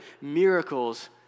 miracles